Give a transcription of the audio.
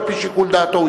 על-פי שיקול דעתו,